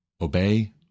obey